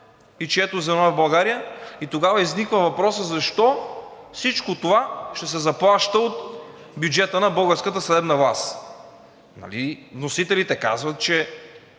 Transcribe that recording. и чието звено е в България, и тогава изниква въпросът защо всичко това ще се заплаща от бюджета на българската съдебна власт? Нали вносителите казват, че